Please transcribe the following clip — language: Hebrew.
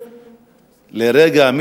לרגע,